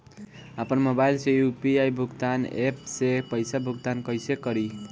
आपन मोबाइल से यू.पी.आई भुगतान ऐपसे पईसा भुगतान कइसे करि?